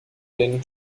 den